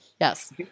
Yes